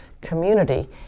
community